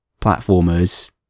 platformers